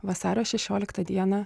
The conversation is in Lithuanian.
vasario šešioliktą dieną